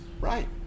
Right